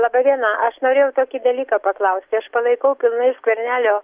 laba diena aš norėjau tokį dalyką paklausti aš palaikau pilnai skvernelio